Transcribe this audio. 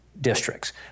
districts